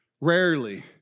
rarely